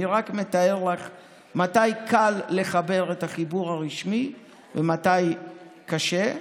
אני רק מתאר לך מתי קל לחבר את החיבור הרשמי ומתי קשה.